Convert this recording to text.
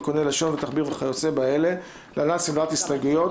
תיקוני לשון ותחביר וכיוצא באלה (להלן - סדרת הסתייגויות),